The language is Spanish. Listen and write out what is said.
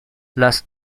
las